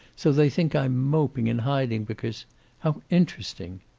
so they think i'm moping and hiding because how interesting!